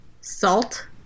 salt